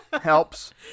helps